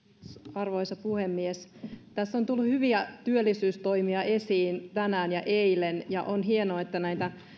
arvoisa puhemies tässä on tullut hyviä työllisyystoimia esiin tänään ja eilen ja on hienoa että näitä